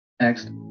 Next